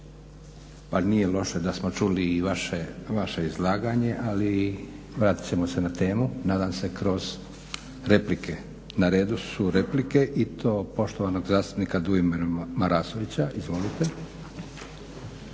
Pa nije loše da smo čuli i vaše izlaganje, ali i vratit ćemo se na temu nadam se kroz replike. Na redu su replike i to poštovanog zastupnika Dujomira Marasovića. Izvolite.